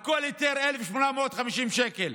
על כל היתר 1,850 שקל.